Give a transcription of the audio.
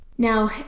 Now